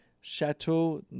Chateau